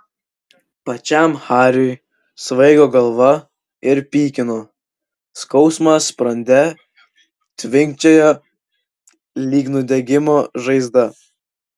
pačiam hariui svaigo galva ir pykino skausmas sprande tvinkčiojo lyg nudegimo žaizda